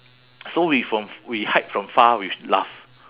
so we from f~ we hide from far we laugh